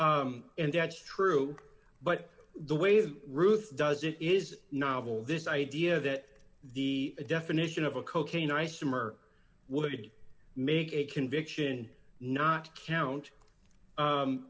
and that's true but the way that ruth does it is novel this idea that the definition of a cocaine isomer would make a conviction not count